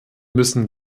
müssen